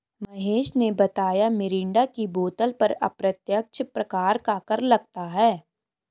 महेश ने बताया मिरिंडा की बोतल पर अप्रत्यक्ष प्रकार का कर लगता है